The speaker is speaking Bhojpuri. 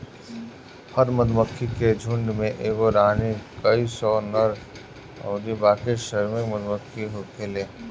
हर मधुमक्खी के झुण्ड में एगो रानी, कई सौ नर अउरी बाकी श्रमिक मधुमक्खी होखेले